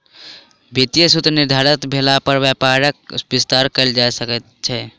वित्तीय सूत्र निर्धारित भेला पर व्यापारक विस्तार कयल जा सकै छै